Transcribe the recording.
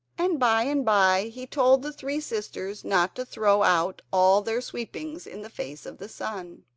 and by-and-by he told the three sisters not to throw out all their sweepings in the face of the sun.